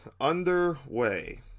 underway